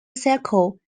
cycle